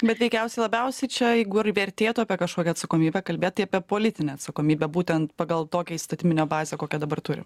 bet veikiausiai labiausiai čia jeigu ir vertėtų apie kažkokią atsakomybę kalbėt tai apie politinę atsakomybę būtent pagal tokią įstatyminę bazę kokią dabar turi